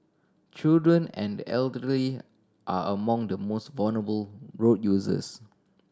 children and the elderly are among the most vulnerable road users